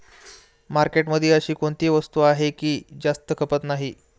मार्केटमध्ये अशी कोणती वस्तू आहे की जास्त खपत नाही?